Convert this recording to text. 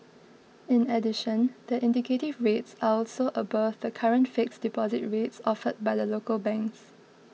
in addition the indicative rates are also above the current fixed deposit rates offered by the local banks